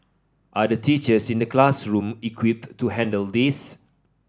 are the teachers in the classroom equipped to handle this